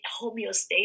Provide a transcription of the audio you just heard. homeostasis